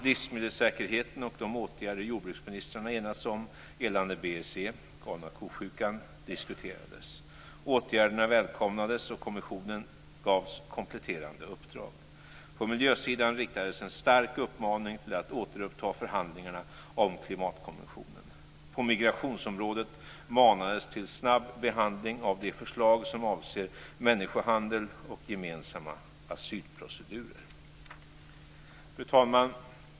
Livsmedelssäkerheten och de åtgärder jordbruksministrarna enats om gällande BSE, galna ko-sjukan, diskuterades. Åtgärderna välkomnades, och kommissionen gavs kompletterande uppdrag. På miljösidan riktades en stark uppmaning till att återuppta förhandlingarna om klimatkonventionen. På migrationsområdet manades till snabb behandling av det förslag som avser människohandel och gemensamma asylprocedurer. Fru talman!